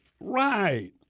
Right